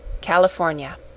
California